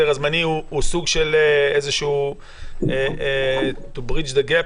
ההיתר הזמני הוא סוג של to bridge the gap,